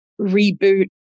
reboot